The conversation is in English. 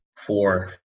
four